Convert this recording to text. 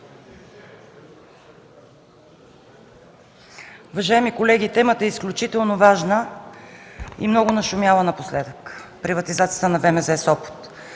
Уважаеми колеги, темата е изключително важна и много нашумяла напоследък – приватизацията на ВМЗ – Сопот.